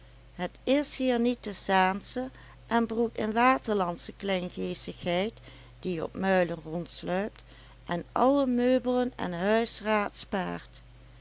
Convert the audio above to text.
het is hier niet de zaansche en broek in waterlandsche kleingeestigheid die op muilen rondsluipt en alle meubelen en huisraad